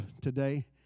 today